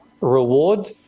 reward